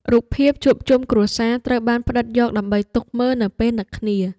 រូបភាពជួបជុំគ្រួសារត្រូវបានផ្ដិតយកដើម្បីទុកមើលនៅពេលនឹកគ្នា។